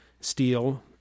steel